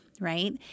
Right